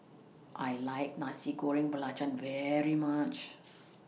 I like Nasi Goreng Belacan very much